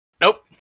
Nope